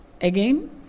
Again